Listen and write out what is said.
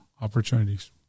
opportunities